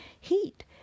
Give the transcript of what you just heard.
heat